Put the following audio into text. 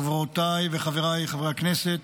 חברותיי וחבריי חברי הכנסת,